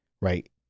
right